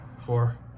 four